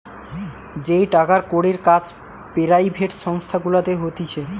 যেই টাকার কড়ির কাজ পেরাইভেট সংস্থা গুলাতে হতিছে